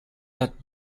that